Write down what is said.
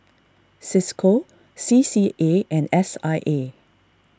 Cisco C C A and S I A